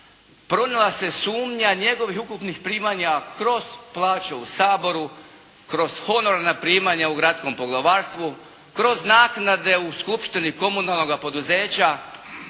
pronijela se sumnja njegovih ukupnih primanja kroz plaće u Saboru, kroz honorarna primanja u gradskom poglavarstvu, kroz naknade u skupštini komunalnoga poduzeća